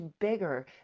bigger